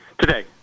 Today